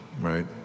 right